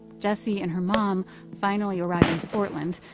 jessie and her mom finally arrive in portland.